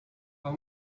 how